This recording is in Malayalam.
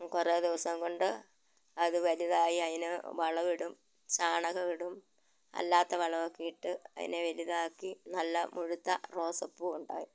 കുറേ ദിവസം കൊണ്ട് അത് വലുതായി അതിന് വളമിടും ചാണകം ഇടും അല്ലാത്ത വളമൊക്കെ ഇട്ട് അതിനെ വലുതാക്കി നല്ല മുഴുത്ത റോസ് പൂവുണ്ടാവും